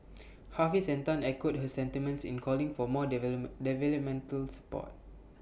Hafiz and Tan echoed her sentiments in calling for more developmental support